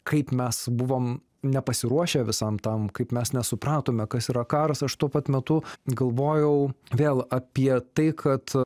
kaip mes buvom nepasiruošę visam tam kaip mes nesupratome kas yra karas aš tuo pat metu galvojau vėl apie tai kad